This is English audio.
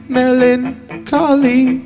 melancholy